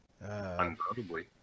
Undoubtedly